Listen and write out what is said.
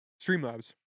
Streamlabs